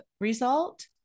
result